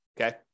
okay